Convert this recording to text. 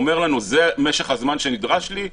אומר לנו: זה משך הזמן שנדרש לי,